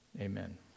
Amen